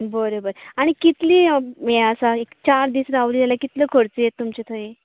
बरें बरें आनी कितलीं यें आसा एक चार दीस रावलीं जाल्यार कितलो खर्च येतलो तुमचे थंय